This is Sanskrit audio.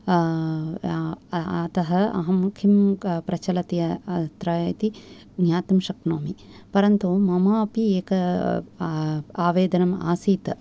अतः अहं किं प्रचलति अत्र इति ज्ञातुं शक्नोमि परन्तु ममापि एक आवेदनम् आसीत्